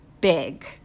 big